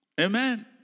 Amen